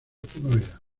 primavera